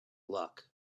luck